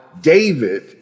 David